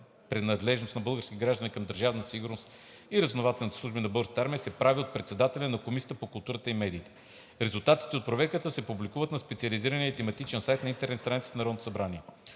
принадлежност на български граждани към Държавна сигурност и разузнавателните служби на Българската народна армия се прави от председателя на Комисията по културата и медиите. 2. Резултатите от проверката се публикуват на специализирания тематичен сайт на интернет страницата на Народното събрание.